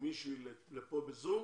מישהי לכאן ב-זום